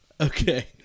okay